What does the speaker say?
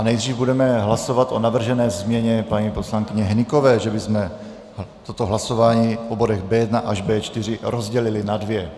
Nejdřív budeme hlasovat o navržené změně paní poslankyně Hnykové, že bychom toto hlasování o bodech B1 až B4 rozdělili na dvě.